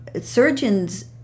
surgeons